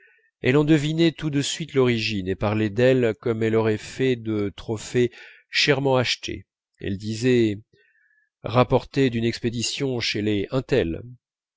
elle en devinait tout de suite l'origine et parlait d'elles comme elle aurait fait de trophées chèrement achetés elle disait rapporté d'une expédition chez les